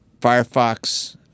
Firefox